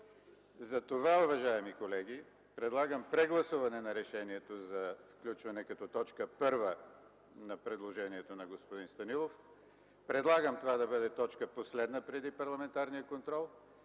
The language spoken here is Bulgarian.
Затова, уважаеми колеги, предлагам прегласуване на решението за включване като точка 1 на предложението на господин Станилов. Предлагам това да бъде точка последна преди Парламентарния контрол.